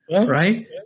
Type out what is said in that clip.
right